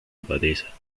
abadesa